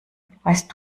weißt